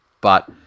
but-